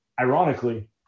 ironically